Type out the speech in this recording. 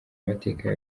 amateka